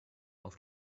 auf